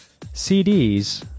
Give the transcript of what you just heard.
CDs